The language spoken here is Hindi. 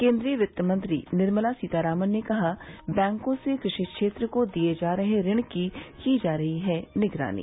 केन्द्रीय वित्त मंत्री निर्मला सीतारामन ने कहा बैंकों से कृषि क्षेत्र को दिए जा रहे ऋण की की जा रही है निगरानी